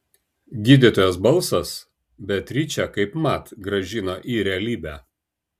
gydytojos balsas beatričę kaipmat grąžino į realybę